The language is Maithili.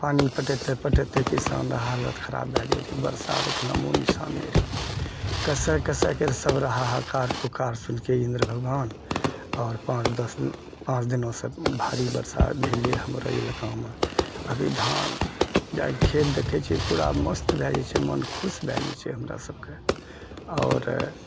पानी पटैते पटैते किसानरऽ हालत खराब भऽ जाइ रहै वर्षा आओर नामोनिशान नहि रहै कइसे कइसेकऽ सब रहार हाहाकार पुकार सुनिकऽ इन्द्र भगवान आओर पाँच दस पाँच दिनऽ सँ भारी वर्षा भेलै हमरा इलाकामे आओर ई धान जाकऽ खेत देखै छिए पूरा मस्त भऽ जाइ छै मोन खुश भऽ जाइ छै हमरा सभके आओर